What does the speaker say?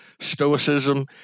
stoicism